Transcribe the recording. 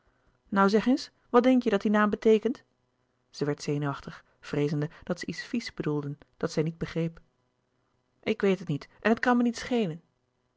nou zeg eens wat denk je dat die naam beteekent zij werd zenuwachtig vreezende dat zij iets vies bedoelden dat zij niet begreep ik weet het niet en het kan me niet schelen